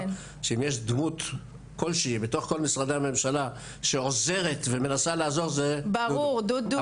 שאם יש דמות כלשהי בתוך כל משרדי הממשלה שעוזרת ומנסה לעזור זה דודו,